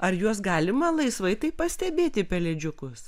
ar juos galima laisvai taip pastebėti pelėdžiukus